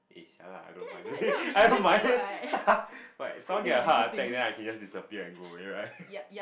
eh sia lah I don't mind I don't mind but if someone get a heart attack then I can just disappear and go away right